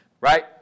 Right